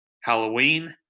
Halloween